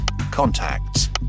contacts